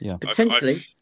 potentially